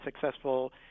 successful